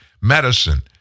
medicine